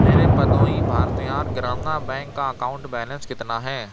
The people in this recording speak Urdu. میرے پدووئی بھارتیار گرامہ بینک کا اکاؤنٹ بیلنس کتنا ہے